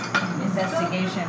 investigation